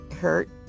hurt